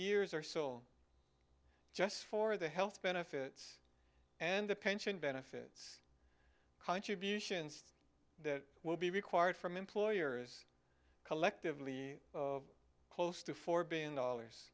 years or so just for the health benefits and the pension benefits contributions that will be required from employers collectively close to four billion dollars